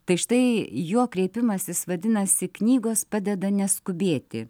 tai štai jo kreipimasis vadinasi knygos padeda neskubėti